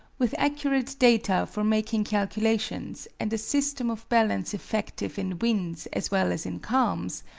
with accurate data for making calculations, and a system of balance effective in winds as well as in calms,